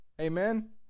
Amen